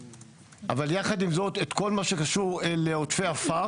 אבל יחד עם זאת, את כל מה שקשור לעודפי עפר